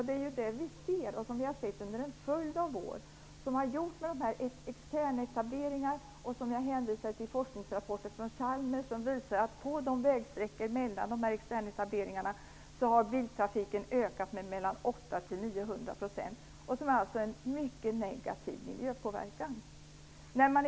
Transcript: Det vi nu ser och har sett under en följd av år är externetableringar, och jag hänvisade till forskningsrapporter från Chalmers som visar att biltrafiken på vägsträckorna mellan externetableringarna har ökat med 800-900 %. Det ger alltså en mycket negativ miljöpåverkan.